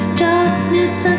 darkness